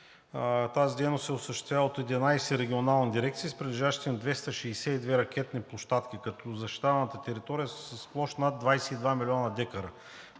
Тази дейност се осъществява от 11 регионални дирекции с прилежащите им 262 ракетни площадки, като защитаваната територия е с площ над 22 млн. дка,